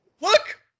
Look